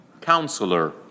Counselor